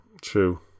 true